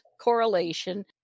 correlation